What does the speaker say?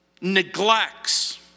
neglects